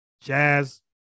Jazz